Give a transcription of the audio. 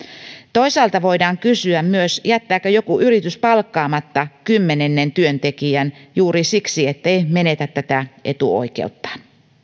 toisaalta voidaan kysyä myös jättääkö joku yritys palkkaamatta kymmenennen työntekijän juuri siksi ettei menetä tätä etuoikeuttaan